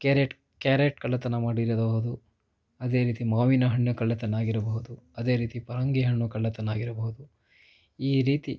carrot carrot ಕಳ್ಳತನ ಅದೇ ರೀತಿ ಮಾವಿನಹಣ್ಣು ಕಳ್ಳತನ ಆಗಿರಬಹದು ಅದೇ ರೀತಿ ಪರಂಗಿ ಹಣ್ಣು ಕಳ್ಳತನ ಆಗಿರಬಹುದು ಈ ರೀತಿ